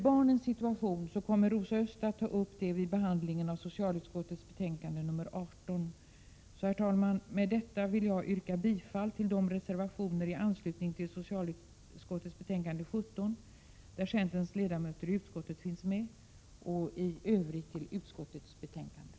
Barnens situation kommer Rosa Östh att ta upp vid behandlingen av socialutskottets betänkande 18. Herr talman! Med detta vill jag yrka bifall till de reservationer i anslutning till socialutskottets betänkande 17 där centerns ledamöter i utskottet finns med, och i övrigt yrkar jag bifall till utskottets hemställan.